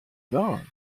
bains